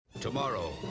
Tomorrow